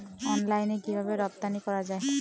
অনলাইনে কিভাবে রপ্তানি করা যায়?